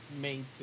made